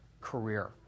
career